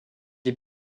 est